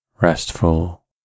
restful